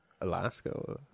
Alaska